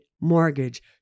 mortgage